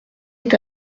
est